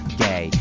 gay